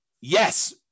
Yes